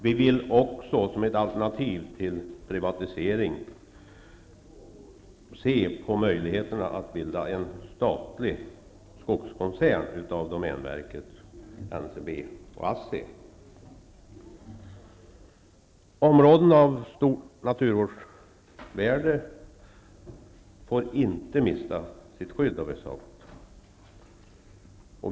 Vi vill också, som ett alternativ till privatisering, se på möjligheterna att bilda en statlig skogskoncern av domänverket, Områden av stora naturvårdsvärden får inte mista sitt skydd.